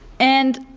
and,